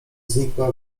znikła